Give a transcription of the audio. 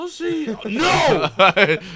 No